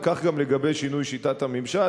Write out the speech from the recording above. וכך גם לגבי שינוי שיטת הממשל.